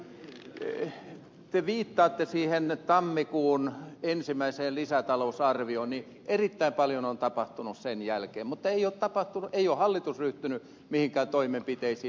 kun te viittaatte siihen tammikuun ensimmäiseen lisätalousarvioon niin erittäin paljon on tapahtunut sen jälkeen mutta hallitus ei ole ryhtynyt mihinkään toimenpiteisiin